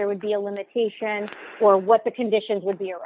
there would be a limitation for what the conditions would be